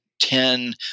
ten